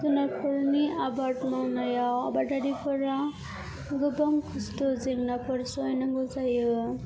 जुनारफोरनि आबाद मावनायाव आबादारिफोरा गोबां खस्थ' जेंनाफोर सहायनांगौ जायो